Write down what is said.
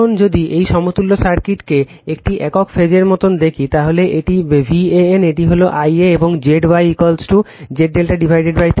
এখন যদি এই সমতুল্য সার্কিটটিকে একটি একক ফেজের মতো দেখি তাহলে এটি ভ্যান এটি হল Ia এবং Zy Z ∆ 3